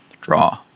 draw